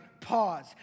pause